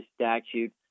statute